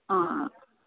ആ ആ